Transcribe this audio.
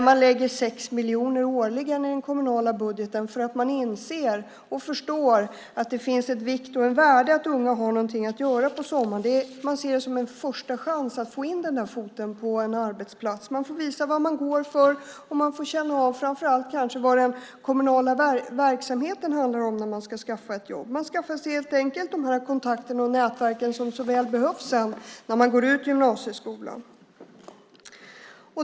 Man lägger 6 miljoner årligen i den kommunala budgeten eftersom man inser och förstår att det finns en vikt och ett värde i att unga har något att göra på sommaren. Man ser det som en första chans för dem att få in en fot på en arbetsplats. De får visa vad de går för, och de får känna av vad den kommunala verksamheten handlar om när de ska skaffa ett jobb. De skaffar sig kontakterna och nätverken som de sedan så väl behöver när de går ut gymnasieskolan.